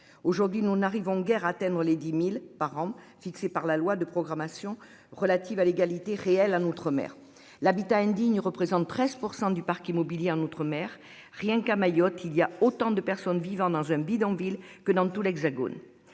Aujourd'hui nous n'arrivons guerre atteindre les 10.000 par an, fixé par la loi de programmation relative à l'égalité réelle à l'outre-mer l'habitat indigne représente 13% du parc. Immobilier en outre-mer rien qu'à Mayotte, il y a autant de personnes vivant dans un bidonville que dans tout l'hexagone.